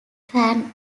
fan